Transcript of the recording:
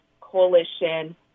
coalition